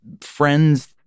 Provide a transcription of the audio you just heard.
friends